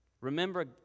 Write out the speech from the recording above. Remember